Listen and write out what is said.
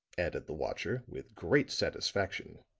added the watcher, with great satisfaction.